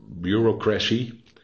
bureaucracy